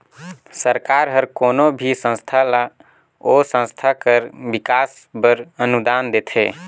सरकार हर कोनो भी संस्था ल ओ संस्था कर बिकास बर अनुदान देथे